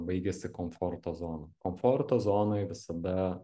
baigiasi komforto zona komforto zonoj visada